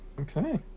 Okay